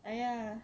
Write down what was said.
!aiya!